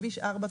כביש 4,